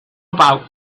about